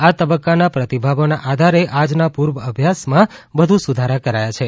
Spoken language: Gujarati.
આ તબકકાના પ્રતિભાવોના આધારે આજના પુર્વાભ્યાસમાં વધુ સુધારા કરાયા છે